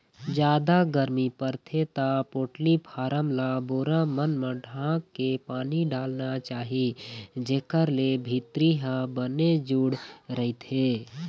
जादा गरमी परथे त पोल्टी फारम ल बोरा मन म ढांक के पानी डालना चाही जेखर ले भीतरी ह बने जूड़ रहिथे